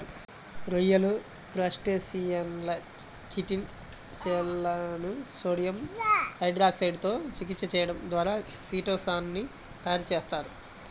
రొయ్యలు, క్రస్టేసియన్ల చిటిన్ షెల్లను సోడియం హైడ్రాక్సైడ్ తో చికిత్స చేయడం ద్వారా చిటో సాన్ ని తయారు చేస్తారు